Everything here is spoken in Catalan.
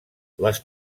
les